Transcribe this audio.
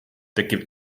tekib